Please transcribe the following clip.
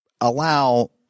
allow